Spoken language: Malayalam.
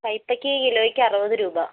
കൈപ്പക്ക കിലോയ്ക്ക് അറുപത് രൂപ